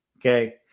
Okay